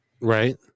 Right